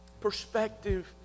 perspective